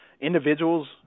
individuals